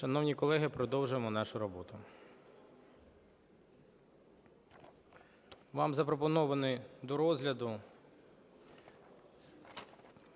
Шановні колеги, продовжуємо нашу роботу. Вам запропонований до розгляду